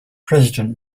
president